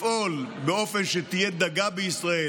לפעול באופן שתהיה דגה בישראל,